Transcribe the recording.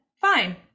fine